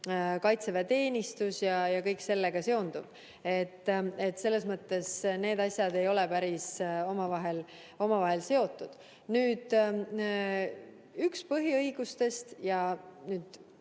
kaitseväeteenistus ja kõik sellega seonduv. Selles mõttes need asjad ei ole päris omavahel seotud. Nüüd, põhiõigused